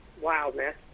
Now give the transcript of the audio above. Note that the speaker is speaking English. wildness